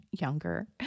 younger